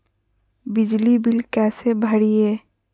बिजली बिल कैसे भरिए?